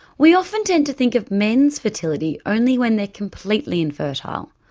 we often tend to think of men's fertility only when they're completely infertile.